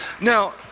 Now